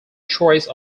choice